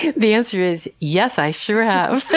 the answer is yes, i sure have!